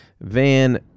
van